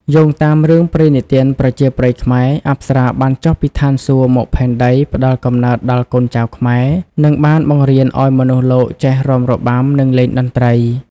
យោងតាមរឿងនិទានប្រជាប្រិយខ្មែរ អប្សរាបានចុះពីឋានសួគ៌មកផែនដី ផ្តល់កំណើតដល់កូនចៅខ្មែរ និងបានបង្រៀនឱ្យមនុស្សលោកចេះរាំរបាំ និងលេងតន្ត្រី។